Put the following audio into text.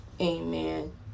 Amen